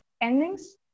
endings